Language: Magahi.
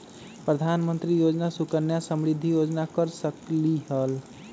प्रधानमंत्री योजना सुकन्या समृद्धि योजना कर सकलीहल?